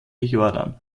jordan